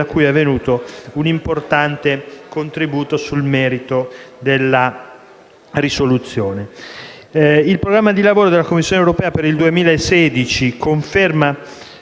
da cui è venuto un importante contributo sul merito della risoluzione. Il programma di lavoro della Commissione europea per il 2016 conferma